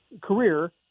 career